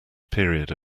period